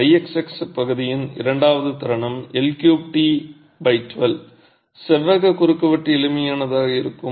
XX Ixx பகுதியின் இரண்டாவது தருணம் L3t12 செவ்வக குறுக்குவெட்டு எளிமையானதாக இருக்கும்